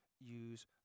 use